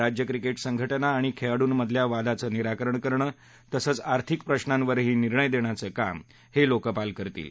राज्य क्रिकेट संघटना आणि खेळाङूंमधल्या वादांचं निराकरण करणं तसंच आर्थिक प्रश्नांवरही निर्णय देण्याचं काम हे लोकपाल करतील